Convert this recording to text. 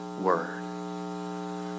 word